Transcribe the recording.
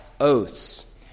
oaths